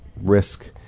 risk